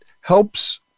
helps